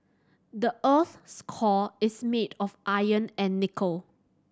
the earth's core is made of iron and nickel